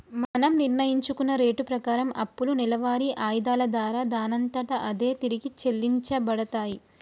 మనం నిర్ణయించుకున్న రేటు ప్రకారం అప్పులు నెలవారి ఆయిధాల దారా దానంతట అదే తిరిగి చెల్లించబడతాయి